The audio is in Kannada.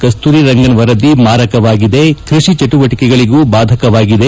ಕಸ್ತೂರಿ ರಂಗನ್ ವರದಿ ಮಾರಕವಾಗಿದೆ ಕೃಷಿ ಚಟುವಟಿಕೆಗಳಿಗೂ ಬಾಧಕವಾಗಿದೆ